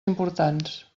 importants